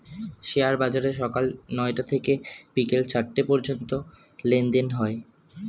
share বাজারে সকাল নয়টা থেকে বিকেল চারটে পর্যন্ত লেনদেন হয়